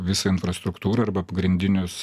visą infrastruktūrą arba pagrindinius